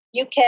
UK